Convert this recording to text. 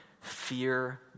fear